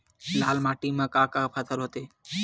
लाल माटी म का का फसल होथे?